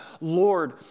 Lord